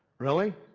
really?